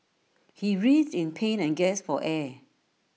he writhed in pain and gasped for air